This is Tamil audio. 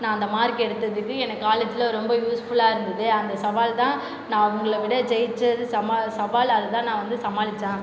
நான் அந்த மார்க்கு எடுத்ததுக்கு எனக்கு காலேஜில் ரொம்ப யூஸ் ஃபுல்லா இருந்தது அந்த சவால் தான் நான் அவங்கள விட ஜெயித்து சமா சவால் அதுதான் நான் வந்து சமாளித்தேன்